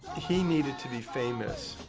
he needed to be famous